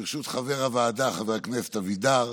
וברשות חבר הוועדה חבר הכנסת אבידר,